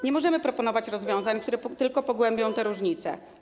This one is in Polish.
Nie możemy proponować rozwiązań, które tylko pogłębią te różnice.